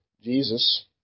Jesus